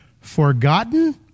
forgotten